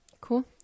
Cool